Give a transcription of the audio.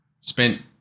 spent